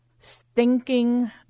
stinking